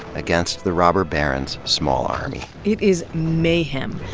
against the robber baron's small army. it is mayhem.